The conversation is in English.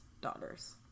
daughters